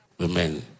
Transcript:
Amen